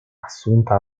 assunta